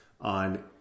on